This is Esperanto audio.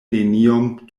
neniom